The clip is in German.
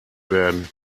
werden